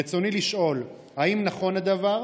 רצוני לשאול: 1. האם נכון הדבר?